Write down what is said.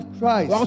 Christ